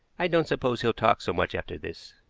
i don't suppose he'll talk so much after this.